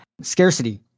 Scarcity